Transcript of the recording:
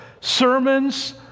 sermons